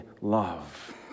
love